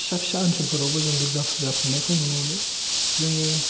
फिसा फिसा ओनसोलफोरावबो जों दुरगा फुजा खुंनायखौ नुनो मोनो जोङो